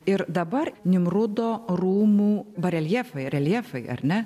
ir dabar nimrudo rūmų bareljefai reljefai ar ne